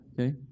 Okay